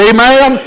Amen